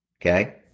Okay